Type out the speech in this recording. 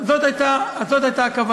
זאת הייתה הכוונה,